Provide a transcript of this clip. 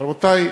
רבותי,